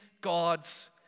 God's